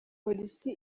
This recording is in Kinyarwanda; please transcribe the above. polisi